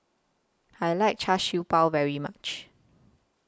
I like Char Siew Bao very much